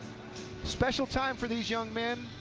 special time for these young men,